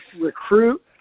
recruit